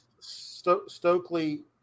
Stokely